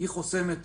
היא חוסמת